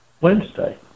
Wednesday